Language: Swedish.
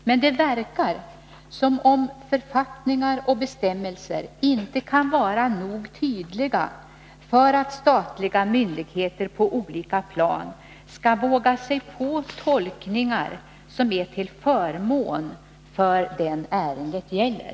Men det verkar som om författningar och bestämmelser inte kan vara nog tydliga för att statliga myndigheter på olika plan skall våga sig på tolkningar som är till förmån för den ärendet gäller.